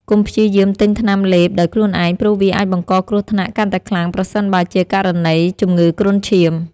កុំព្យាយាមទិញថ្នាំលេបដោយខ្លួនឯងព្រោះវាអាចបង្កគ្រោះថ្នាក់កាន់តែខ្លាំងប្រសិនបើជាករណីជំងឺគ្រុនឈាម។